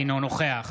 אינו נוכח